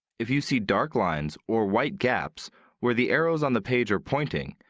if you see dark lines or white gaps where the arrows on the page are pointing,